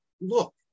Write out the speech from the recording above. look